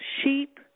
sheep